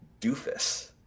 doofus